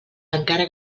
encara